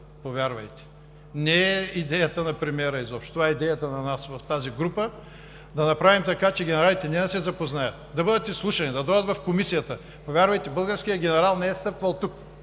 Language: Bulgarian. повярвайте! Не е идеята на премиера, изобщо. Това е идеята на нас в тази група да направим така, че генералите не да се запознаят, да бъдат изслушани, да дойдат в Комисията. Повярвайте, българският генерал не е стъпвал тук.